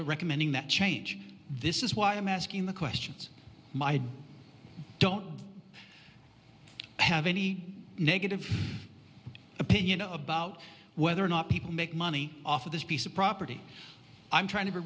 recommending that change this is why i'm asking the questions my don't have any negative opinion about whether or not people make money off of this piece of property i'm trying to be